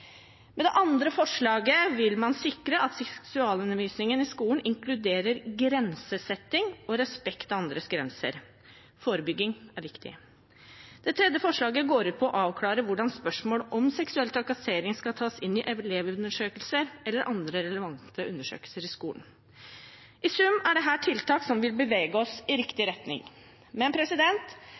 Med det andre forslaget vil man sikre at seksualundervisningen i skolen inkluderer grensesetting og respekt for andres grenser. Forebygging er viktig. Det tredje forslaget går ut på å avklare hvordan spørsmål om seksuell trakassering skal tas inn i elevundersøkelser eller andre relevante undersøkelser i skolen. I sum er dette tiltak som vil bevege oss i riktig retning.